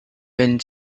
when